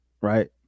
Right